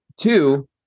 Two